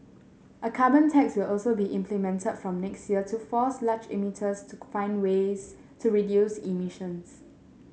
a carbon tax will also be implemented from next year to force large emitters to find ways to reduce emissions